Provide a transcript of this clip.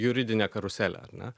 juridinė karuselė ar ne